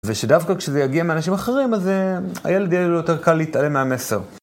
ושדווקא כשזה יגיע מאנשים אחרים, אז הילד יהיה לו יותר קל להתעלם מהמסר.